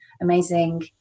amazing